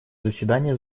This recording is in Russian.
заседание